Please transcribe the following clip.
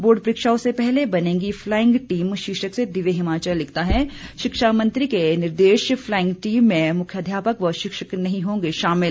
board परीक्षाओं से पहले बनेंगी फ्लाइंग टीम शीर्षक से दिव्य हिमाचल लिखता है शिक्षा मंत्री के निर्देश फ्लाइंग टीम में मुख्याध्यापक व शिक्षक नहीं होंगे शामिल